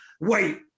wait